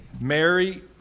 Mary